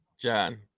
John